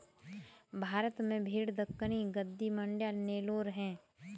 भारत में भेड़ दक्कनी, गद्दी, मांड्या, नेलोर है